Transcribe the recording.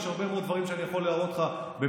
יש הרבה מאוד דברים שאני יכול להראות לך שמתרחשים